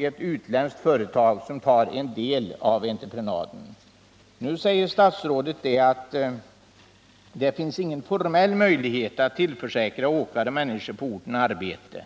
ett utländskt företag tar en del av entreprenadarbetena när man känner till arbetssituationen. Statsrådet säger att det inte finns någon formell möjlighet att tillförsäkra åkare och människor på orten arbete.